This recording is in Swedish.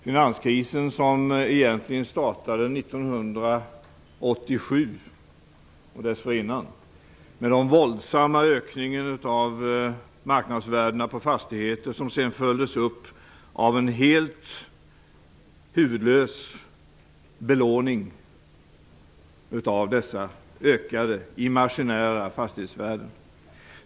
Den startade egentligen 1987 och dessförinnan med den våldsamma ökningen av marknadsvärdena på fastigheter som sedan följdes upp av en helt huvudlös belåning av dessa ökade imaginära fastighetsvärden.